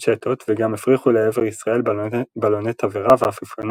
מצ'טות וגם הפריחו לעבר ישראל בלוני תבערה ועפיפוני